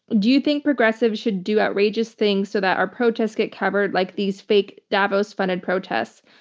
do you think progressives should do outrageous things so that our protests get covered like these fake davos funded protests?